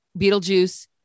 Beetlejuice